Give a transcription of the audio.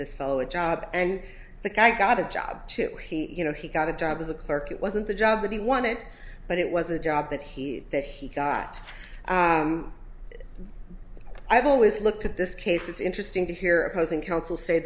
this fellow a job and the guy got a job too you know he got a job as a clerk it wasn't the job that he wanted but it was a job that he that he got i've always looked at this case it's interesting to hear opposing counsel say